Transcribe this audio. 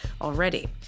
already